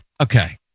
Okay